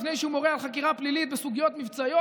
לפני שהוא מורה על חקירה פלילית בסוגיות מבצעיות,